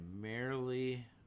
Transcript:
primarily